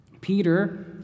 Peter